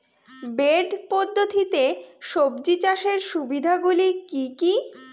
Bed পদ্ধতিতে সবজি চাষের সুবিধাগুলি কি কি?